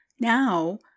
Now